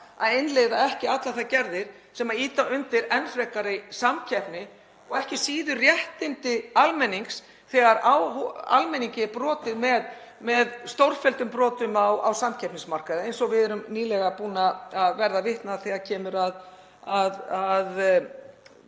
að innleiða ekki allar þær gerðir sem ýta undir enn frekari samkeppni og ekki síður réttindi almennings þegar á almenningi er brotið með stórfelldum brotum á samkeppnismarkaði, eins og við höfum nýlega orðið vitni að þegar kemur að